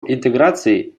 интеграции